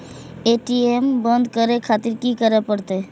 ATM बंद करें खातिर की करें परतें?